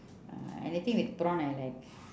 uh anything with prawn I like